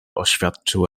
oświadczył